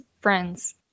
friends